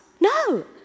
No